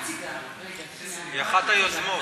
היא אחת היוזמות.